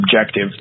objective